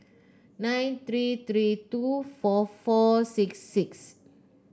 nine three three two four four six six